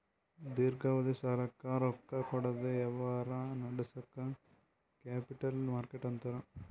ದೀರ್ಘಾವಧಿ ಸಾಲಕ್ಕ್ ರೊಕ್ಕಾ ಕೊಡದ್ ವ್ಯವಹಾರ್ ನಡ್ಸದಕ್ಕ್ ಕ್ಯಾಪಿಟಲ್ ಮಾರ್ಕೆಟ್ ಅಂತಾರ್